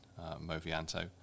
Movianto